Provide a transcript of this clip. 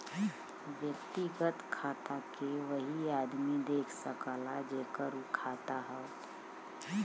व्यक्तिगत खाता के वही आदमी देख सकला जेकर उ खाता हौ